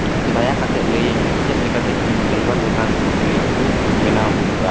ᱫᱟᱭᱟ ᱠᱟᱛᱮᱫ ᱞᱟᱹᱭᱟᱹᱧ ᱢᱮ ᱪᱮᱫ ᱞᱮᱠᱟᱛᱮ ᱤᱧ ᱜᱮᱞᱵᱟᱨ ᱜᱚᱴᱟᱝ ᱩᱴᱢᱤᱞ ᱠᱩᱠ ᱵᱮᱱᱟᱣ ᱦᱩᱭᱩᱜᱼᱟ